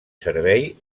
servei